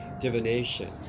divination